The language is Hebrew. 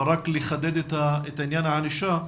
רק לחדד את עניין הענישה,